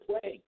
play